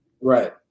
Right